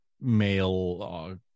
male